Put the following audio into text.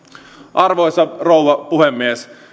arvoisa rouva puhemies